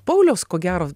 paulius ko gero